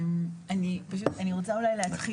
אני רוצה אולי להתחיל,